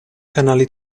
canali